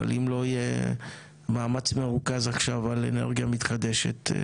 אבל אם לא יהיה מאמץ מרוכז עכשיו על אנרגיה מתחדשת,